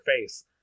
face